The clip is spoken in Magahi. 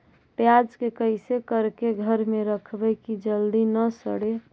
प्याज के कैसे करके घर में रखबै कि जल्दी न सड़ै?